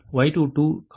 Y22 cos 22 22